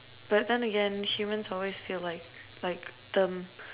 but then again humans always feel like like the